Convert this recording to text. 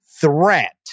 threat